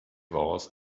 was